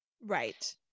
right